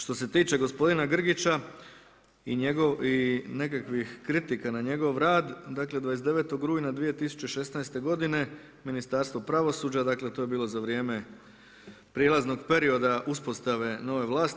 Što se tiče gospodina Grgića i nekakvih kritika na njegov rad, dakle 29. rujna 2016. godine Ministarstvo pravosuđa, dakle to je bilo za vrijeme prijelaznog perioda uspostave nove vlasti.